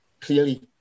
clearly